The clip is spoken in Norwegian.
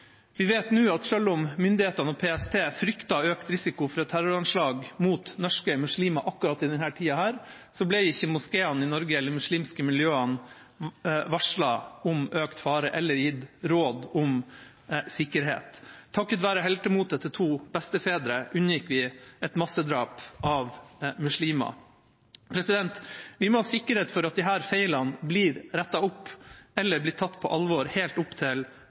Vi vet nå at selv om myndighetene og PST fryktet økt risiko for et terroranslag mot norske muslimer akkurat i denne tida, ble ikke moskeene i Norge eller muslimske miljøer varslet om økt fare eller gitt råd om sikkerhet. Takket være heltemotet til to bestefedre unngikk vi et massedrap av muslimer. Vi må ha sikkerhet for at disse feilene blir rettet opp eller tatt på alvor helt opp til